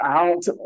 out